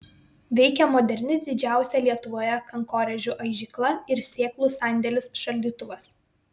veikia moderni didžiausia lietuvoje kankorėžių aižykla ir sėklų sandėlis šaldytuvas